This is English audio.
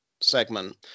segment